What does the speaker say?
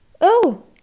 Oh